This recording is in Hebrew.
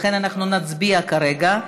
לכן אנחנו נצביע כרגע.